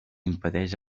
impedix